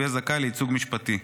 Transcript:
והוא יהיה זכאי לייצוג משפטי.